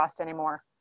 anymore